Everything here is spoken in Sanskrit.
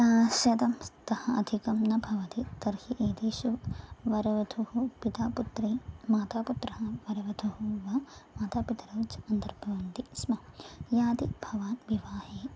शतं तः अधिकं न भवति तर्हि एतेषु वरवधुः पितापुत्री मातापुत्रः वरवधुः वा मातापितरं च अन्तर्भवन्ति स्म यदि भवान् विवाहे